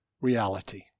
reality